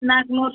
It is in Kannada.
ನಾಲ್ಕ್ನೂರು